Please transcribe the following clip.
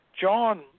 John